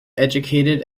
educated